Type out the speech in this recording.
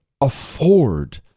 afford